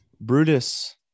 Brutus